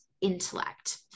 intellect